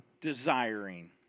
desiring